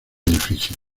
edificio